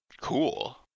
cool